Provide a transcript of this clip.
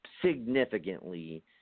significantly